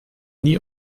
nie